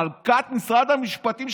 מלכת משרד המשפטים,